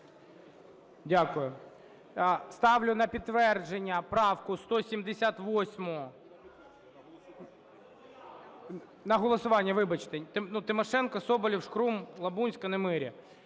Дякую. Ставлю на підтвердження правку 178… На голосування, вибачте. Тимошенко, Соболєв, Шкрум, Лабунська, Немиря.